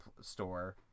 store